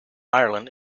ireland